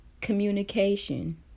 Communication